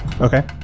Okay